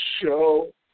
show